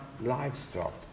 livestock